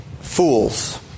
fools